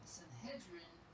Sanhedrin